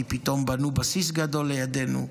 כי פתאום בנו בסיס גדול לידנו,